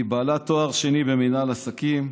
היא בעלת תואר שני במינהל עסקים,